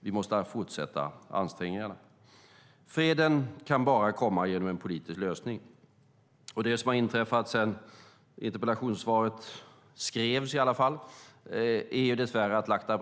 Vi måste därför fortsätta ansträngningarna. Freden kan bara komma genom en politisk lösning. Det som inträffat sedan interpellationssvaret skrevs är att Lakhdar Brahimi dess värre har avgått.